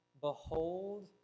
behold